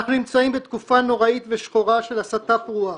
אנחנו נמצאים בתקופה נוראית ושחורה של הסתה פרועה,